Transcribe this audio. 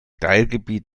teilgebiet